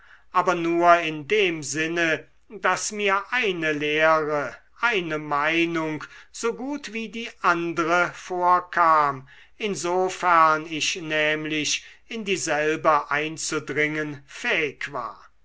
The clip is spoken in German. aber nur in dem sinne daß mir eine lehre eine meinung so gut wie die andre vorkam insofern ich nämlich in dieselbe einzudringen fähig war